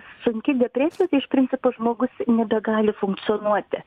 sunki depresija tai iš principo žmogus nebegali funkcionuoti